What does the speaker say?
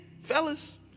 fellas